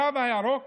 התו הירוק